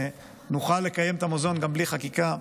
נוכל לקיים את המוזיאון גם בלי חקיקה.